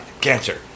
cancer